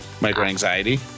Micro-anxiety